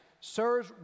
Sirs